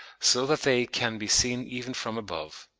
so that they can be seen even from above.